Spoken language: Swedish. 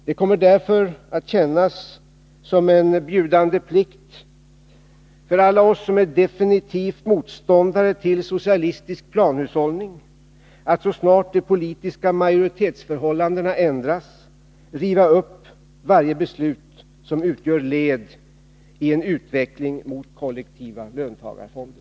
Det kommer därför att kännas som en bjudande plikt för alla oss som definitivt är motståndare till socialistisk planhushållning att så snart de politiska majoritetsförhållandena ändrats riva upp varje beslut som utgör led i en utveckling mot kollektiva löntagarfonder.